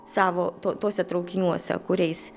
savo to tuose traukiniuose kuriais